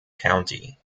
county